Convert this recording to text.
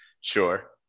Sure